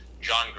John